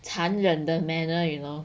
残忍的 manner you know